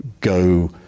go